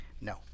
No